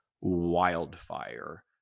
wildfire